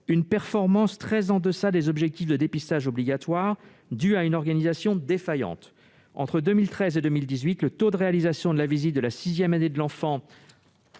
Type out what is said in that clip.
une performance très en deçà des objectifs de dépistages obligatoires, due à une organisation défaillante ». Entre 2013 et 2018, le taux de réalisation de la visite de la sixième année de l'enfant